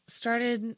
started